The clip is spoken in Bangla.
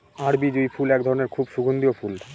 আরবি জুঁই ফুল এক ধরনের খুব সুগন্ধিও ফুল